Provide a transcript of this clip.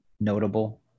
notable